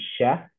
Chef